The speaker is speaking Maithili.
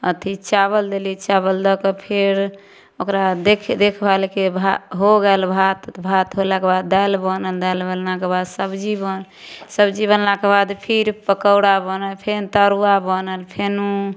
अथी चावल देली चावल दऽ कऽ फेर ओकरा देख देखभालके हो गेल भात भात होलाक बाद दालि बनल दालि बनलाक बाद सब्जी बनल सब्जी बनलाक बाद फिर पकौड़ा बनल फेर तरुआ बनल फेरु